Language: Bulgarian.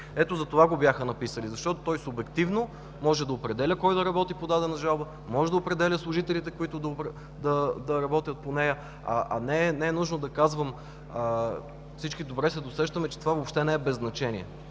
Ето затова го бяха написали, защото той субективно може да определя кой да работи по дадена жалба, може да определя служителите, които да работят по нея. Не е нужно да казвам, всички добре се досещаме, че това въобще не е без значение.